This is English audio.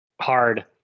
hard